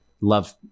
love